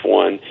one